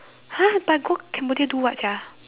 !huh! but go Cambodia do what sia